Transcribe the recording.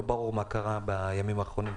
לא ברור מה קרה בימים האחרונים,